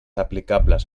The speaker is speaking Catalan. aplicables